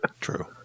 True